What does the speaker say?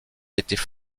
étaient